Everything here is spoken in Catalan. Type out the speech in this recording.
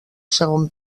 segon